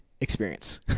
experience